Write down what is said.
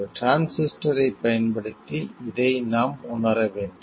ஒரு டிரான்சிஸ்டரைப் பயன்படுத்தி இதை நாம் உணர வேண்டும்